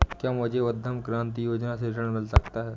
क्या मुझे उद्यम क्रांति योजना से ऋण मिल सकता है?